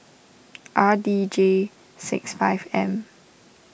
R D J six five M